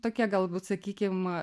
tokie galbūt sakykim